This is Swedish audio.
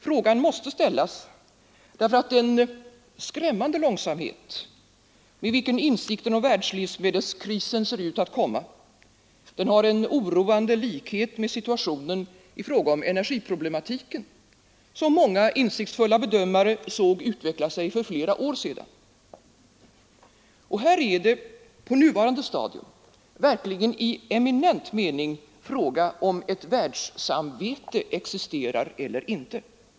Frågan måste ställas därför att den skrämmande långsamhet med vilken insikten om världslivsmedelskrisen ser ut att komma har en oroande likhet med situationen i fråga om energiproblematiken, som många insiktsfulla bedömare såg utveckla sig för flera år sedan. Och här är det, på nuvarande stadium, verkligen i eminent mening fråga om huruvida ett världssamvete existerar eller inte.